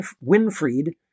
winfried